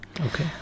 Okay